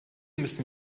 müssen